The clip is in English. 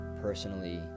personally